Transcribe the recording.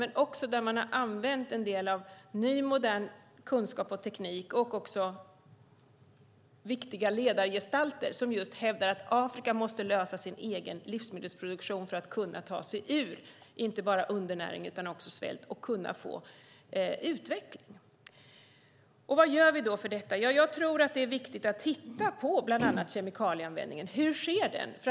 Man har även använt en del ny, modern kunskap och teknik och också viktiga ledargestalter som hävdar just att Afrika måste lösa sin egen livsmedelsproduktion för att kunna ta sig ur inte bara undernäring utan också svält och kunna få utveckling. Vad gör vi då för detta? Jag tror att det är viktigt att titta på bland annat kemikalieanvändningen och hur den sker.